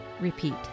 Repeat